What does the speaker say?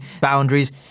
boundaries